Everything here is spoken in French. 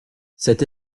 cette